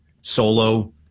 solo